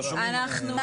לסיים.